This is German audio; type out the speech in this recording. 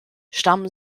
stammen